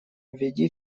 веди